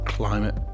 climate